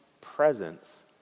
presence